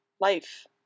life